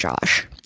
Josh